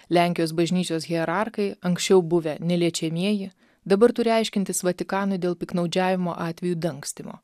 lenkijos bažnyčios hierarchai anksčiau buvę neliečiamieji dabar turi aiškintis vatikanui dėl piktnaudžiavimo atvejų dangstymo